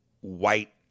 white